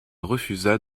refusa